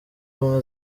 ubumwe